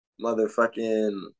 Motherfucking